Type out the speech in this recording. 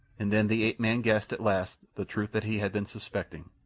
and then the ape-man guessed at last the truth that he had been suspecting.